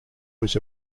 was